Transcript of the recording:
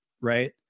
right